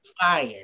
fire